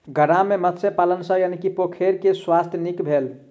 गाम में मत्स्य पालन सॅ पोखैर के स्वास्थ्य नीक भेल